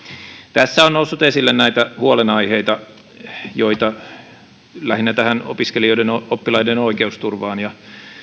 tässä on noussut esille näitä huolenaiheita lähinnä tähän opiskelijoiden ja oppilaiden oikeusturvaan liittyen